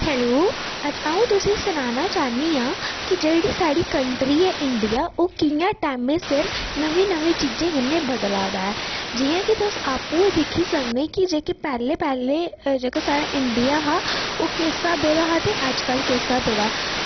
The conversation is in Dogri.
हैलो अज्ज अंऊ तुसेंगी सनाना चाह्न्नी आं जेह्की साढ़ी कंट्री ऐ इंडिया ओह् टैमें सिर नमीं नमीं चीज़ें कन्नै बदला दा ऐ जियां कि तुस आपूं बी दिक्खी सकने कि जेह्की पैह्लें पैह्लें जेह्का साढ़ा इंडिया हा ओह् किस स्हाबै दा हा ते अज्जकल किस स्हाबै दा ऐ